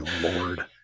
Lord